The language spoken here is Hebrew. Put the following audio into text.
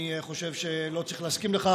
אני חושב שלא צריך להסכים לכך.